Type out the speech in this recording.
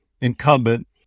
incumbent